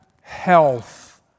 health